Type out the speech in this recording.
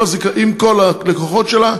עם כל הלקוחות שלה,